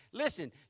Listen